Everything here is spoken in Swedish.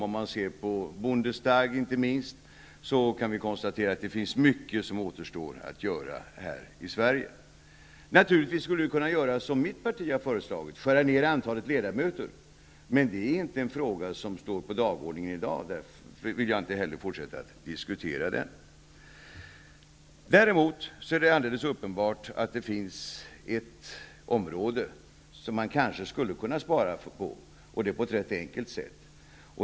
Om vi ser på Bundestag kan vi konstatera att det finns mycket som återstår att göra här i Sverige. Vi kan naturligtvis göra som mitt parti har föreslagit och skära ner antalet ledamöter, men det är inte en fråga som står på dagordningen i dag. Därför vill jag inte heller fortsätta att diskutera den. Det är däremot alldeles uppenbart att det finns ett område där vi kanske skulle kunna spara på ett ganska enkelt sätt.